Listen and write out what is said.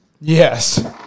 Yes